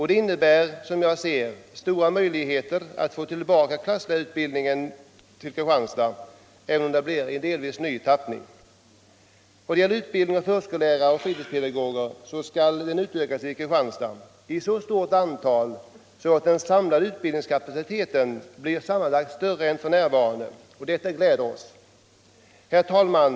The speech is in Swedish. Det innebär, som jag ser det, stora möjligheter att få tillbaka klasslärarutbildningen till Kristianstad, även om det blir i delvis nytappning. Utbildningen av förskollärare och fritidspedagoger skall utökas i Kristianstad så att den samlade utbildningskapaciteten blir sammanlagt större än f.n. Detta gläder oss. Herr talman!